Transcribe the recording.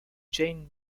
jane